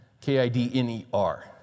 K-I-D-N-E-R